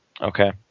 Okay